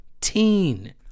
teen